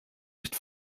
nicht